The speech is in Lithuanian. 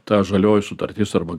ta žalioji sutartis arba